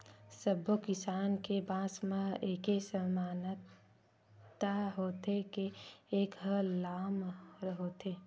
सब्बो किसम के बांस म एके समानता होथे के ए ह लाम होथे